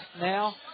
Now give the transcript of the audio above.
now